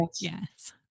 Yes